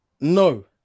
No